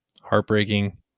heartbreaking